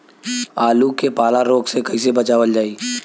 आलू के पाला रोग से कईसे बचावल जाई?